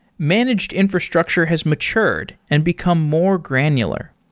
managed infrastructure has matured and become more granular.